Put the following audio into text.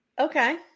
Okay